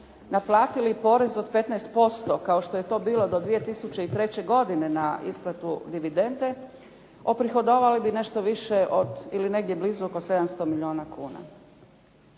naplatili porez od 15% kao što je to bilo do 2003. godine na isplatu dividende, uprihodovali bi nešto više od, ili negdje blizu oko 700 milijuna kuna.